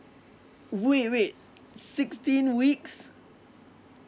wait wait sixteen weeks